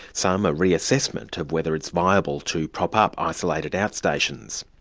some a re-assessment of whether it's viable to prop up isolated out-stations.